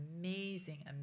amazing